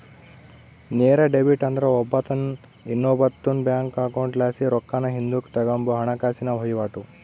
ನೇರ ಡೆಬಿಟ್ ಅಂದ್ರ ಒಬ್ಬಾತ ಇನ್ನೊಬ್ಬಾತುನ್ ಬ್ಯಾಂಕ್ ಅಕೌಂಟ್ಲಾಸಿ ರೊಕ್ಕಾನ ಹಿಂದುಕ್ ತಗಂಬೋ ಹಣಕಾಸಿನ ವಹಿವಾಟು